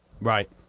Right